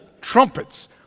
trumpets